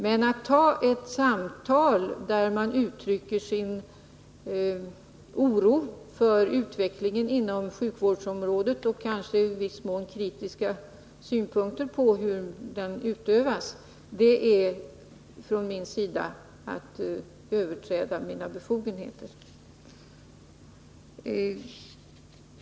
Men att ta ett samtal där man uttrycker sin oro för utvecklingen inom sjukvårdsområdet och kanske i viss mån anför kritiska synpunkter på hur den utövas — det innebär för min del att jag överträder mina befogenheter.